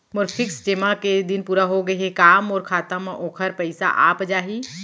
मोर fix जेमा के दिन पूरा होगे हे का मोर खाता म वोखर पइसा आप जाही?